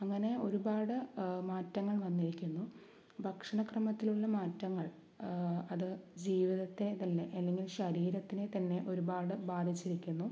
അങ്ങനെ ഒരുപാട് മാറ്റങ്ങൾ വന്നിരിക്കുന്നു ഭക്ഷണ ക്രമത്തിലുള്ള മാറ്റങ്ങൾ അത് ജീവിതത്തെ തന്നെ അല്ലെങ്കിൽ ശരീരത്തിനെ തന്നെ ഒരുപാട് ബാധിച്ചിരിക്കുന്നു